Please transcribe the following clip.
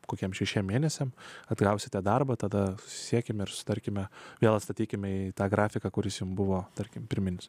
kokiems šešiems mėnesiams atgausite darbą tada siekime ir sutarkime vėl atstatykime tą grafiką kuris jums buvo tarkim primins